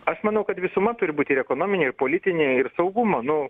aš manau kad visuma turi būti ir ekonominiai politiniai ir saugumo nu